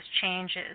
changes